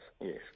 yes